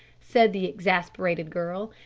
said the exasperated girl.